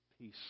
peace